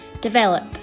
develop